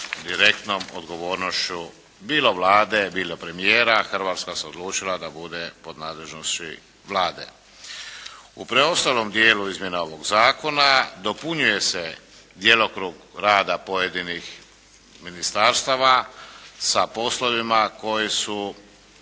direktnom odgovornošću bilo Vlade, bilo premijera, Hrvatska se odlučila da bude pod nadležnosti Vlade. U preostalom dijelu izmjena ovog zakona dopunjuje se djelokrug rada pojedinih ministarstava sa poslovima koji su